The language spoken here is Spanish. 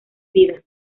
vidas